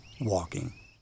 WALKING